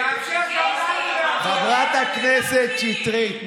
חברת הכנסת שטרית,